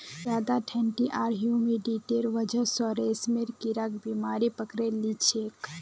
ज्यादा ठंडी आर ह्यूमिडिटीर वजह स रेशमेर कीड़ाक बीमारी पकड़े लिछेक